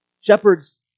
Shepherds